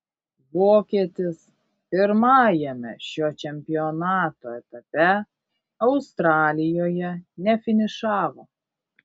vokietis pirmajame šio čempionato etape australijoje nefinišavo